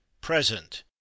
present